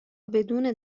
بدون